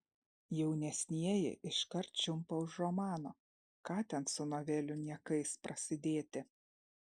jaunesnieji iškart čiumpa už romano ką ten su novelių niekais prasidėti